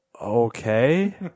Okay